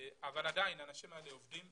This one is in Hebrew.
אבל עדיין האנשים האלה עובדים.